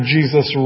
Jesus